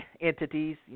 entities